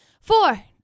Four